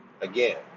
Again